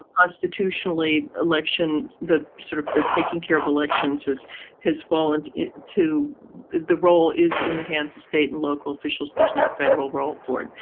constitutionally election, the sort of the taking care of elections is his fall and to the role is in the hands of state and local officials. there's no federal role for it.